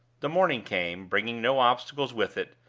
the morning came, bringing no obstacles with it,